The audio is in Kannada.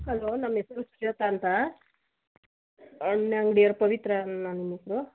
ಹಲೋ ನಮ್ಮ ಹೆಸರು ಸುಜಾತ ಅಂತ ಹಣ್ಣು ಅಂಗ್ಡಿಯವ್ರು ಪವಿತ್ರಾನ ನಿಮ್ಮ ಹೆಸರು